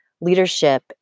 leadership